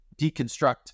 deconstruct